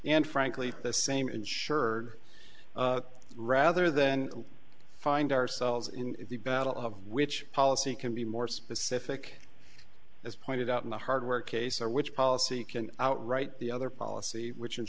and frankly the same insured rather than find ourselves in the battle of which policy can be more specific as pointed out in the hard work case or which policy can out right the other policy which i